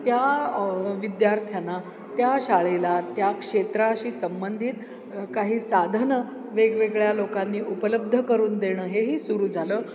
त्या विद्यार्थ्यांना त्या शाळेला त्या क्षेत्राशी संबंधित काही साधनं वेगवेगळ्या लोकांनी उपलब्ध करून देणं हेही सुरू झालं